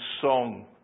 song